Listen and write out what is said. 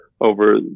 over